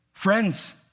Friends